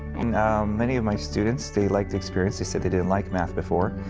and many of my students they like the experience. they said they didn't like math before.